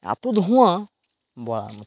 এত ধোঁয়াবলাত মতো